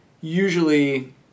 usually